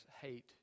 hate